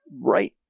right